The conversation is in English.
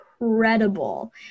incredible